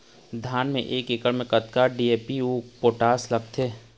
धान म एक एकड़ म कतका डी.ए.पी अऊ पोटास लगथे?